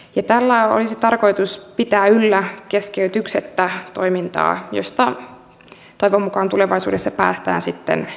tällä olisi tarkoitus pitää yllä keskeytyksettä toimintaa josta toivon mukaan tulevaisuudessa päästään sitten selvyyteen